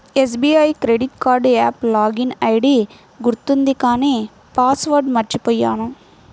SBI credit card app login ID గుర్తుంది కానీ password మర్చిపొయ్యాను